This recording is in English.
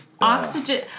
Oxygen